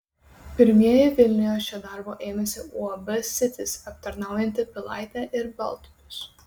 pirmieji vilniuje šio darbo ėmėsi uab sitis aptarnaujanti pilaitę ir baltupius